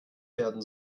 werden